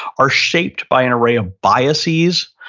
are shaped by an array of biases,